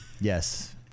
Yes